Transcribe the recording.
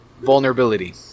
Vulnerability